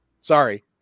Sorry